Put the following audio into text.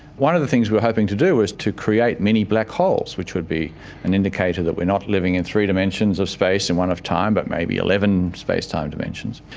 one of the things we were hoping to do was to create mini black holes, which would be an indicator that we are not living in three dimensions of space and one of time but maybe eleven space-time dimensions.